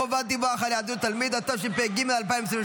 חובת דיווח על היעדרות תלמיד), התשפ"ג 2023,